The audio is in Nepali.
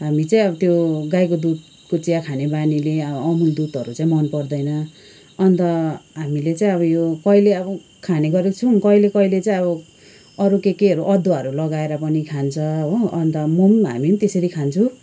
हामी चाहिँ अब त्यो गाईको दुधको चिया खाने बानीले अमुल दुधहरू चाहिँ मन पर्दैन अन्त हामीले चाहिँ अब यो कहिल्यै अब खाने गरेको छौँ कहिले कहिले चाहिँ अब अरू के केहरू अदुवाहरू लगाएर पनि खान्छ हो अन्त म पनि हामी पनि त्यसरी खान्छौँ